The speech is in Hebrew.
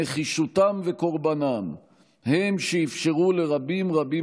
נחישותם וקורבנם הם שאפשרו לרבים רבים